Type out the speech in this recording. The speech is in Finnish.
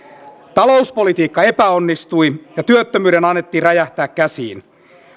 talouspolitiikka epäonnistui ja työttömyyden annettiin räjähtää käsiin